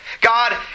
God